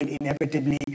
inevitably